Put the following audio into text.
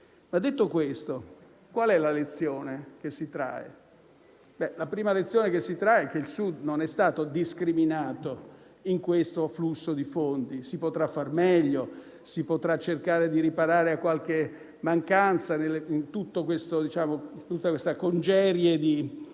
ma detto questo, qual è la lezione che si trae? La prima lezione che si trae è che il Sud non è stato discriminato in questo afflusso di fondi. Si potrà far meglio, si potrà cercare di riparare a qualche mancanza in tutta questa congerie di